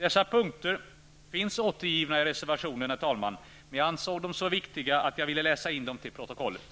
Dessa punkter finns återgivna i reservationen, herr talman, men jag ansåg dem så viktiga att jag ville läsa in dem till protokollet.